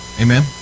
Amen